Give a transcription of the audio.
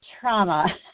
trauma